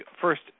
first